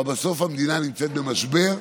אבל בסוף המדינה נמצאת במשבר.